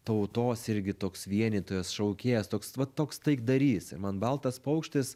tautos irgi toks vienytojas šaukėjas toks vat toks taikdarys ir man baltas paukštis